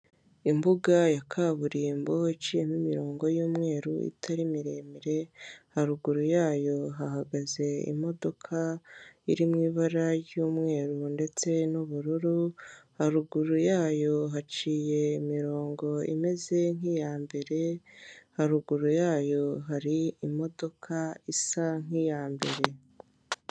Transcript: Imbuga ya kaburimbo iciyemo imirongo y'umweru itari miremire haruguru yayo hahagaze imodoka iri mu ibara ry'umweru ndetse n'ubururu, haruguru yayo haciye imirongo imeze nk'iya mbere, haruguru yayo hari imodoka isa nk'iya mbere.